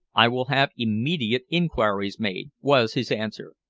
i will have immediate inquiries made, was his answer.